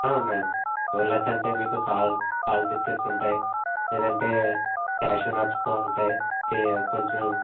ఉన్నాయమ్మా sugar less అంటే మీకు సా సాల్ట్ బిస్కెట్స్ ఉంటాయి లేదంటే క్యాషూ నట్స్తో ఉంటాయి ఏ కొంచెం